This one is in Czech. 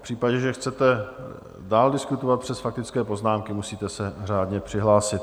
V případě, že chcete dál diskutovat přes faktické poznámky, musíte se řádně přihlásit.